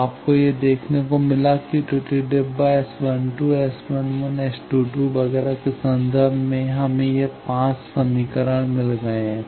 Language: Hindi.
तो आपको यह देखने को मिला है कि त्रुटि डब्बा S 12⋅ S 11 ⋅ S 2 2 वगैरह के संदर्भ में हमें यह 5 समीकरण मिल गए हैं